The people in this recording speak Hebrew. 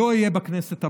לא אהיה בכנסת הבאה.